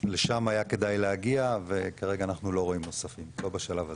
לשם היה כדאי להגיע וכרגע אנחנו לא רואים נוספים פה בשלב הזה.